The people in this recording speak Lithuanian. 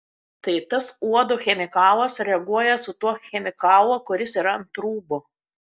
tai tas uodo chemikalas reaguoja su tuo chemikalu kuris yra ant rūbų